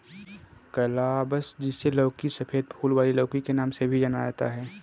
calabash, जिसे लौकी, सफेद फूल वाली लौकी के नाम से भी जाना जाता है